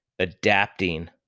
adapting